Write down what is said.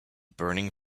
burning